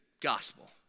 gospel